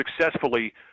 successfully